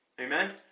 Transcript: Amen